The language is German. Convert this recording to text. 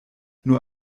nur